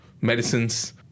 medicines